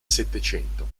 settecento